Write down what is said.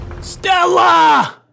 Stella